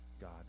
God